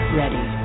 ready